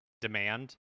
demand